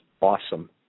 awesome